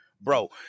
bro